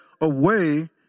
away